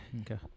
Okay